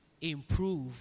improve